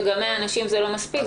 וגם 100 אנשים זה לא מספיק.